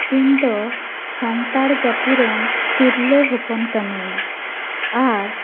ᱤᱧᱫᱚ ᱥᱟᱱᱛᱟᱲ ᱡᱟᱹᱛᱤ ᱨᱮᱱ ᱛᱤᱨᱞᱟᱹ ᱦᱚᱯᱚᱱ ᱠᱟᱹᱱᱟᱹᱧ ᱟᱨ